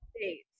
States